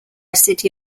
city